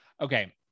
Okay